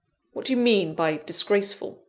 what do you mean by disgraceful?